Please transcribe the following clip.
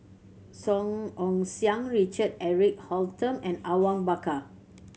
Song Ong Siang Richard Eric Holttum and Awang Bakar